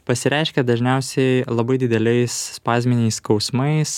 pasireiškia dažniausiai labai dideliais spazminiais skausmais